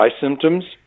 symptoms